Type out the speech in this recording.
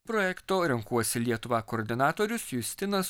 projekto renkuosi lietuvą koordinatorius justinas